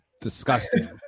disgusting